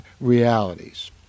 Realities